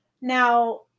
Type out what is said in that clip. Now